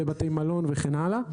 בתי מלון וכן הלאה.